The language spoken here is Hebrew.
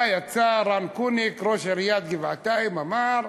בא, יצא רן קוניק, ראש עיריית גבעתיים, אמר,